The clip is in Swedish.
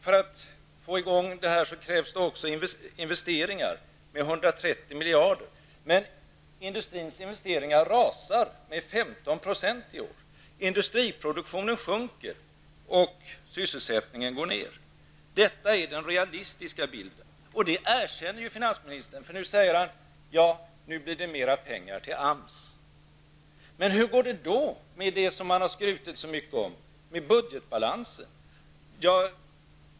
För att få i gång verksamhet krävs det också investeringar med 130 miljarder, men industrins investeringar rasar med 15 % i år. Industriproduktionen sjunker och sysselsättningen går ned. Detta är den realistiska bilden. Det erkänner finansministern, för han säger att det nu blir mer pengar till AMS. Hur går det då med det som man har skrutit så mycket om, med budgetbalansen?